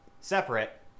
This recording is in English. separate